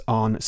on